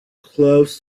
close